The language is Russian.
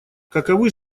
каковы